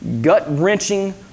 gut-wrenching